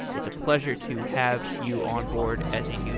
it's a pleasure to have you onboard as a